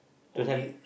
don't have